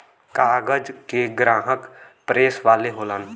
कागज के ग्राहक प्रेस वाले होलन